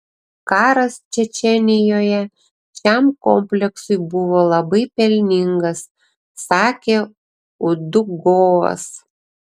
karas čečėnijoje šiam kompleksui buvo labai pelningas sakė udugovas